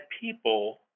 people